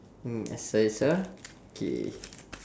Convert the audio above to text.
mm exercise ah K